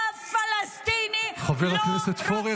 אף פלסטיני ----- חבר הכנסת פורר,